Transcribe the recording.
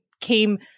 came